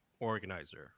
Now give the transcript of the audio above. organizer